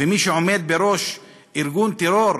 ומי שעומד בראש ארגון טרור,